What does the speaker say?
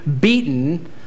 beaten